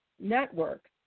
network